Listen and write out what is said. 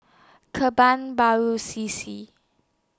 Kebun Baru C C